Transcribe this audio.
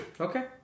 Okay